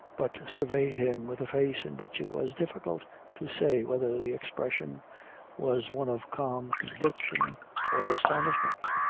but surveyed him with a face in which it was difficult to say whether the expression was one of calm conviction or astonishment.